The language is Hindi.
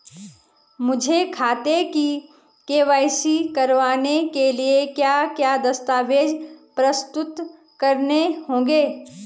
मुझे खाते की के.वाई.सी करवाने के लिए क्या क्या दस्तावेज़ प्रस्तुत करने होंगे?